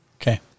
Okay